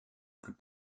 plus